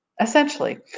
Essentially